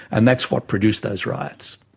and that's what produced those riots.